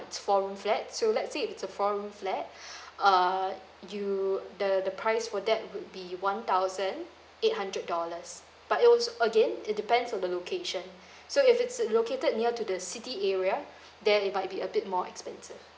it's four room flat so let's say it's a four room flat uh you the the price for that would be one thousand eight hundred dollars but it also again it depends on the location so if it's located near to the city area then it might be a bit more expensive